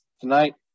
tonight